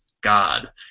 God